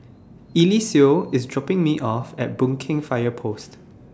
Eliseo IS dropping Me off At Boon Keng Fire Post